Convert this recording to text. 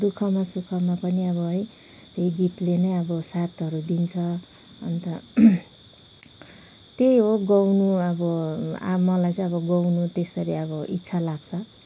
दुःखमा सुखमा पनि अब है त्यही गीतले नै अब साथहरू दिन्छ अन्त त्यही हो गाउनु अब मलाई चाहिँ अब गाउनु त्यसरी अब इच्छा लाग्छ